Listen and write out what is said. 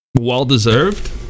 well-deserved